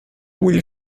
will